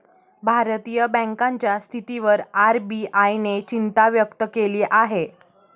भारतीय बँकांच्या स्थितीवर आर.बी.आय ने चिंता व्यक्त केली आहे